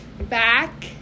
back